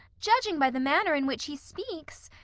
judging by the manner in which he speaks,